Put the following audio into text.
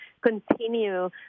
continue